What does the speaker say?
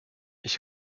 ich